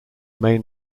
may